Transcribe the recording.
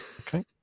Okay